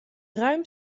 ruim